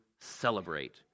celebrate